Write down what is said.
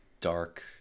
dark